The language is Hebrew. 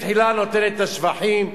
היא בתחילה נותנת את השבחים,